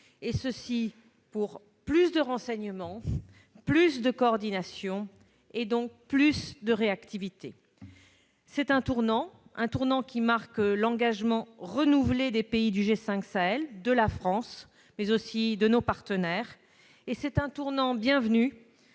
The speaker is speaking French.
pour plus de renseignement, plus de coordination et donc plus de réactivité. C'est un tournant qui marque l'engagement renouvelé des pays du G5 Sahel, de la France, mais aussi de nos partenaires. C'est un tournant bienvenu